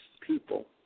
people